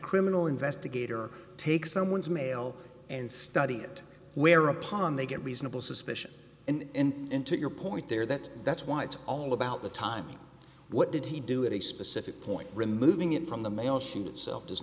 criminal investigator take someone's mail and study it whereupon they get reasonable suspicion and to your point there that that's why it's all about the time what did he do it a specific point removing it from the mail sheet itself does